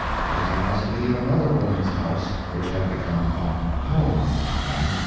because he must leave another woman's house which had become a home to him,